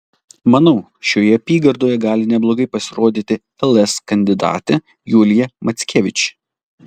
manau šioje apygardoje gali neblogai pasirodyti ls kandidatė julija mackevič